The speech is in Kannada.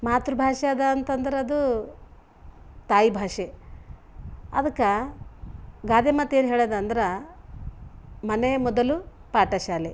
ಮಾತೃಭಾಷೆ ಅದ ಅಂತಂದ್ರೆ ಅದು ತಾಯಿಭಾಷೆ ಅದಕ್ಕೆ ಗಾದೆಮಾತು ಏನು ಹೇಳ್ಯದ ಅಂದ್ರೆ ಮನೆಯೇ ಮೊದಲು ಪಾಠಶಾಲೆ